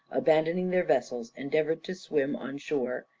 abandoning their vessels, endeavoured to swim on shore.